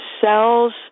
cells